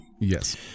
Yes